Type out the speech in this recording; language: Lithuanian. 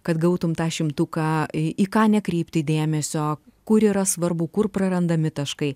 kad gautum tą šimtuką į ką nekreipti dėmesio kur yra svarbu kur prarandami taškai